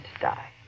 die